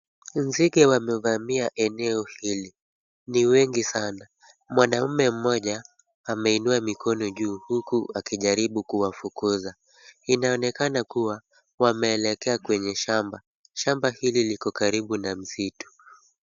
Nzige wamevamia eneo hili. Ni wengi sana. Mwanaume mmoja ameinua mikono juu huku akijaribu kuwafukuza. Inaonekana kuwa wameelekea kwenye shamba. Shamba hili liko karibu na msitu.